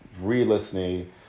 re-listening